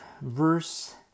verse